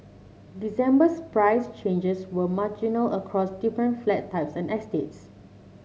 December's price changes were marginal across different flat types and estates